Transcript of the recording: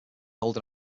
hold